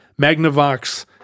Magnavox